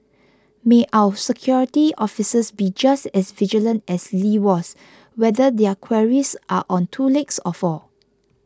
may our security officers be just as vigilant as Lee was whether their quarries are on two legs or four